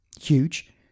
huge